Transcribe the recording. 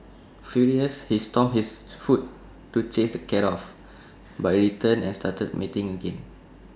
furious he stomped his foot to chase the cat off but IT returned and started mating again